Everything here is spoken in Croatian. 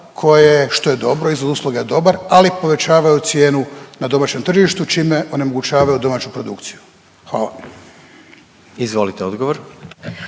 što je dobro iz usluge je dobar, ali povećavaju cijenu na domaćem tržištu čime onemogućavaju domaću produkciju. Hvala. **Jandroković,